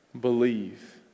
believe